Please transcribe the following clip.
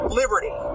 liberty